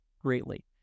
greatly